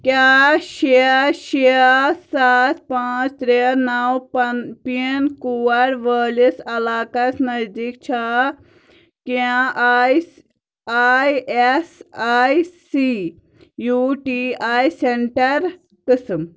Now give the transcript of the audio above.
کیٛاہ شےٚ شےٚ سَتھ پانٛژھ ترٛےٚ نَو پَن پِن کوڈ وٲلِس علاقس نزدیٖک چھا کیٚنٛہہ آیِس آ اٮ۪س I C U T I centre قٕسم